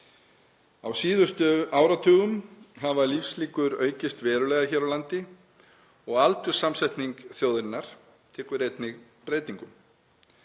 Á síðustu áratugum hafa lífslíkur aukist verulega hér á landi og aldurssamsetning þjóðarinnar tekur einnig breytingum.